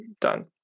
Done